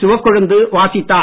சிவக்கொழுந்து வாசித்தார்